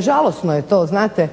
Žalosno je to znate,